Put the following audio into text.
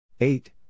Eight